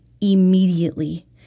immediately